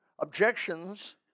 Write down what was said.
objections